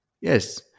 Yes